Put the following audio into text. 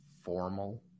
formal